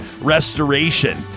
Restoration